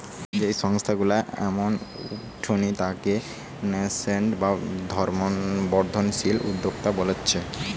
যেই সংস্থা গুলা এখন উঠতি তাকে ন্যাসেন্ট বা বর্ধনশীল উদ্যোক্তা বোলছে